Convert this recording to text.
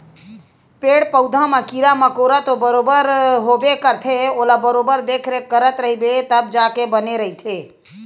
पेड़ पउधा म कीरा मकोरा तो बरोबर होबे करथे ओला बरोबर देखरेख करत रहिबे तब जाके बने रहिथे